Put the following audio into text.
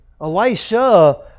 Elisha